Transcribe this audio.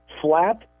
flat